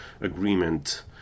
agreement